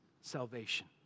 salvation